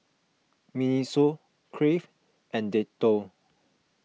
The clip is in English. Miniso Crave and Dettol